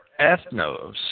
ethnos